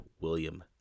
William